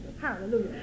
Hallelujah